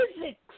physics